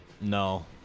No